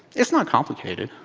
it's not complicated.